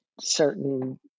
certain